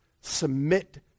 submit